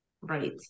Right